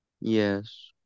Yes